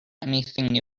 anything